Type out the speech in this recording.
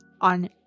on